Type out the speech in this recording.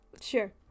sure